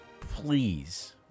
please